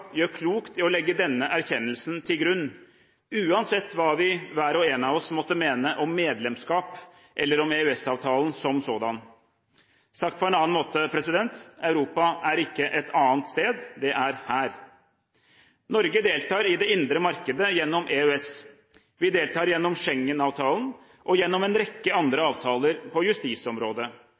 gjør klokt i å legge denne erkjennelsen til grunn, uansett hva vi hver og en av oss måtte mene om medlemskap eller om EØS-avtalen som sådan. Sagt på en annen måte: Europa er ikke et annet sted. Det er her. Norge deltar i det indre markedet gjennom EØS. Vi deltar gjennom Schengen-avtalen og gjennom en rekke andre avtaler på justisområdet.